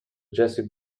jessie